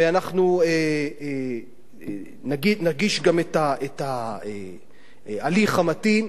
ואנחנו נגיש גם את ההליך המתאים,